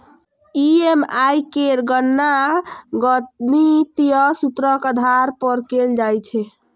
EMI केर गणना गणितीय सूत्रक आधार पर कैल जाइ छै